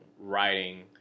writing